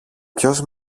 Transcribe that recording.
ποιος